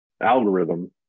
algorithm